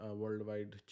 worldwide